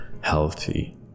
healthy